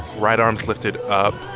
right arms lifted up,